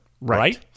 Right